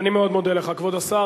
אני מאוד מודה לך, כבוד השר.